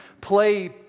play